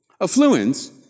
Affluence